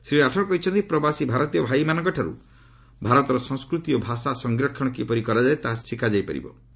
ଶ୍ରୀ ରାଠୋର କହିଛନ୍ତି ପ୍ରବାସୀ ଭାରତୀୟ ଭାଇମାନଙ୍କଠାରୁ ଭାରତର ସଂସ୍କୃତି ଓ ଭାଷା ସଂରକ୍ଷଣ କିପରି କରାଯାଏ ତାହା ଶିଖିପାରିବେ